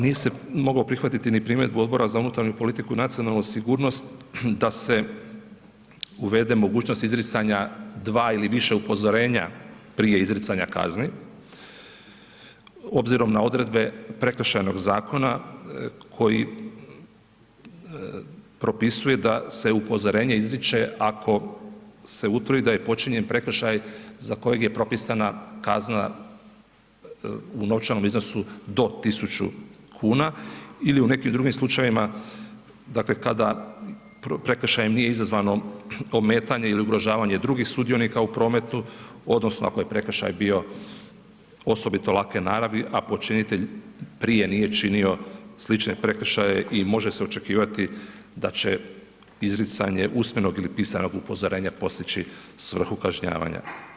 Nije se moglo prihvatiti ni primjedbu Odbora za unutarnju politiku i nacionalnu sigurnost da se uvede mogućnost izricanja dva ili više upozorenja prije izricanja kazni, obzirom na odredbe Prekršajnog zakona koji propisuje da se upozorenje izriče ako se utvrdi da je počinjen prekršaj za kojeg je propisana kazna u novčanom iznosu do 1.000 kuna ili u nekim drugim slučajevima, dakle kada prekršajem nije izazvano ometanje ili ugrožavanje drugih sudionika u prometu odnosno ako je prekršaj bio osobito lake naravi, a počinitelj prije nije činio slične prekršaje i može se očekivati da će izricanje usmenog ili pisanog upozorenja postići svrhu kažnjavanja.